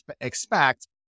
expect